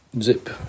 zip